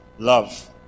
Love